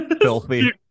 filthy